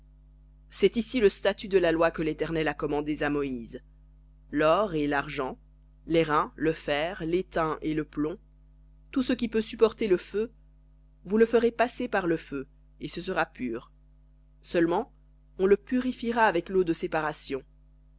c'est ici le statut de la loi que l'éternel a commandée à moïse lor et l'argent l'airain le fer l'étain et le plomb tout ce qui peut supporter le feu vous le ferez passer par le feu et ce sera pur seulement on le purifiera avec l'eau de séparation